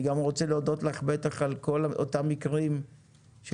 אני גם רוצה להודות לך על כל אותם מקרים שכן